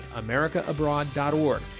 americaabroad.org